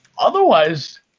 otherwise